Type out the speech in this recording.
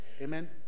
Amen